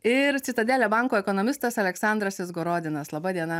ir citadele banko ekonomistas aleksandras izgorodinas laba diena